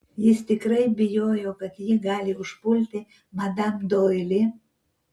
jis tikrai bijojo kad ji gali užpulti madam doili